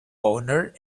owner